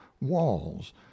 walls